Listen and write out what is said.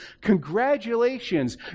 Congratulations